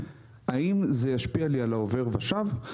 האם זה ישפיע לי על העובר ושב.